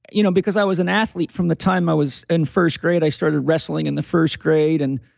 you know because i was an athlete from the time i was in first grade, i started wrestling in the first grade and